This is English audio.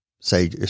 say